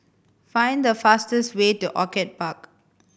find the fastest way to Orchid Park